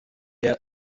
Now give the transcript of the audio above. der